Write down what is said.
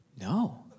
No